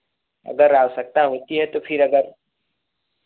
अगर आवश्यकता होती है तो फिर अगर